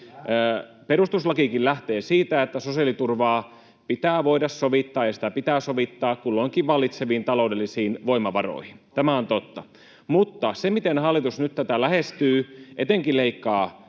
Perustuslakikin lähtee siitä, että sosiaaliturvaa pitää voida sovittaa ja sitä pitää sovittaa kulloinkin vallitseviin taloudellisiin voimavaroihin. Tämä on totta. Mutta se, miten hallitus nyt tätä lähestyy: etenkin leikkaa,